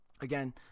Again